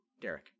Derek